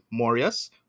Morias